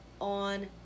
on